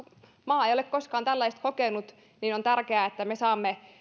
maa ei ole koskaan tällaista kokenut niin on tärkeää että me saamme